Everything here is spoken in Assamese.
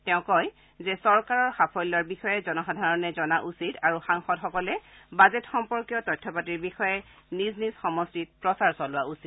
তেওঁ কয় যে চৰকাৰৰ সাফল্যৰ বিষয়ে জনসাধাৰণে জনা উচিত আৰু সাংসদসকলে বাজেট সম্পৰ্কীয় তথ্যপাতিৰ বিষয়ে নিজ নিজ সমষ্টিত প্ৰচাৰ চলোৱা উচিত